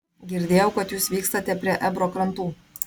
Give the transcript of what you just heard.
girdėjau kad jūs vykstate prie ebro krantų